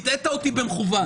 הטעית אותי במכוון.